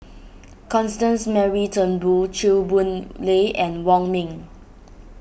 Constance Mary Turnbull Chew Boon Lay and Wong Ming